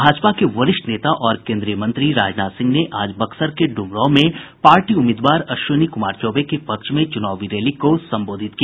भाजपा के वरिष्ठ नेता और केन्द्रीय मंत्री राजनाथ सिंह ने आज बक्सर के ड्मरांव में पार्टी उम्मीदवार अश्विनी कुमार चौबे के पक्ष में चुनावी रैली को संबोधित किया